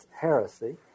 heresy